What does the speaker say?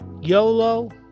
YOLO